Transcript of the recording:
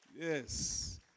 Yes